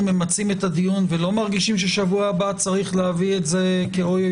ממצים את הדיון ולא מרגישים ששבוע הבא צריך להביא את זה כי אוי,